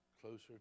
closer